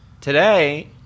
today